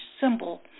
symbol